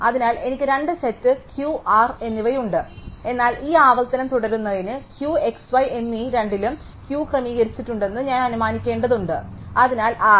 അതിനാൽ എനിക്ക് രണ്ട് സെറ്റ് Q R എന്നിവയുണ്ട് എന്നാൽ ഈ ആവർത്തനം തുടരുന്നതിന് Q x y എന്നീ രണ്ടിലും Q ക്രമീകരിച്ചിട്ടുണ്ടെന്ന് ഞാൻ അനുമാനിക്കേണ്ടതുണ്ട് അതിനാൽ R